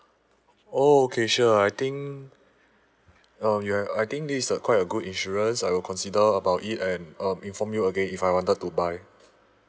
oh K sure I think uh yeah I think this is a quite a good insurance I will consider about it and um inform you again if I wanted to buy